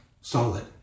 solid